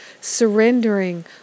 surrendering